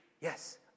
Yes